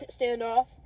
standoff